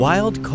Wild